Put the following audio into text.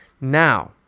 Now